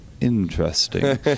Interesting